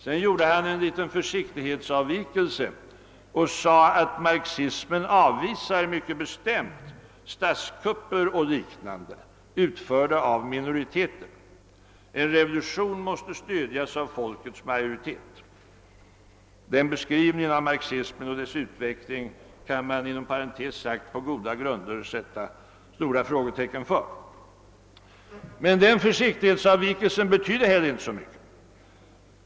Sedan gjorde han en liten försiktighetsavvikelse och sade: »Marxismen avvisar mycket bestämt statskupper och liknande utförda av minoriteter. En revolution måste stödjas av folkets majoritet ———». Den beskrivningen av marxismen och dess utveckling kan man inom parentes sagt på goda grunder sätta stora frågetecken för. Men denna försiktighetsavvikelse be tyder heller inte så mycket.